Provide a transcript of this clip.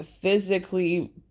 physically